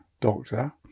doctor